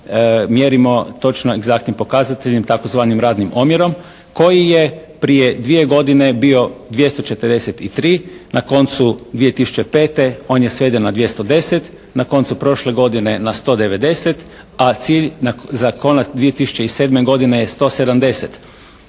mjerimo točno egzaktnim pokazateljem tzv. radnim omjerom koji je prije dvije godine bio 243, na koncu 2005. on je sveden na 2010., na koncu prošle godine na 190, a cilj za 2007. godine je 170. Taj